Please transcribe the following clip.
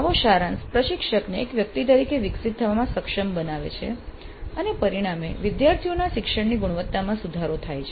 આવો સારાંશ પ્રશિક્ષકને એક વ્યક્તિ તરીકે વિકસિત થવામાં સક્ષમ બનાવે છે અને પરિણામે વિદ્યાર્થીઓના શિક્ષણની ગુણવત્તામાં સુધારો થાય છે